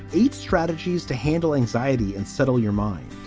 eight strategies to handle anxiety and settle your mind.